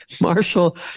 Marshall